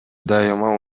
дайыма